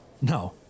no